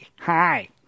hi